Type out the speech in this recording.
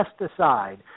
pesticide